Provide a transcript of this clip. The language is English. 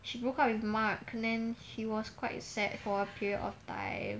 she broke up with mark and then she was quite sad for a period of time